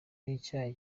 n’icyayi